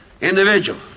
Individual